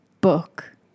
Book